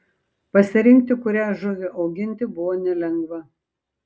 pasirinkti kurią žuvį auginti buvo nelengva